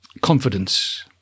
Confidence